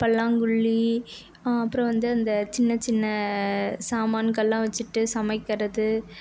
பல்லாங்குழி அப்புறம் வந்து அந்த சின்னச்சின்ன சாமான்களெல்லாம் வச்சுட்டு சமைக்கிறது